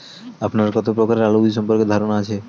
আপনার কত প্রকারের আলু বীজ সম্পর্কে ধারনা আছে?